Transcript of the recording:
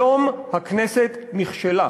היום הכנסת נכשלה,